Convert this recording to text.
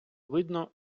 видно